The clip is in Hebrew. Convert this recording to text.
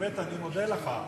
ובאמת אני מודה לך,